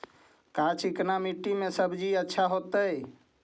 का चिकना मट्टी में सब्जी अच्छा होतै?